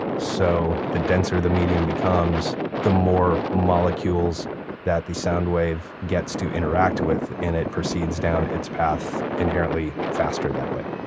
so the denser the medium becomes, the more molecules that the sound wave gets to interact with, and it proceeds down its path inherently faster that way